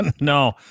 No